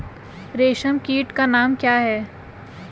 रेशम कीट का नाम क्या है?